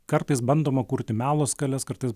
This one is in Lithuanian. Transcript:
kartais bandoma kurti melo skales kartais